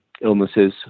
illnesses